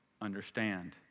understand